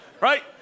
Right